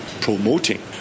promoting